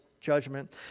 judgment